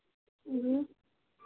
जी